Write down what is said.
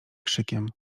krzykiem